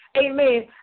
Amen